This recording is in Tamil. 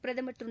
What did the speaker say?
பிரதமா் திரு